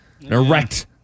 Erect